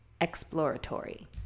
exploratory